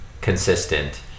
consistent